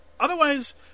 Otherwise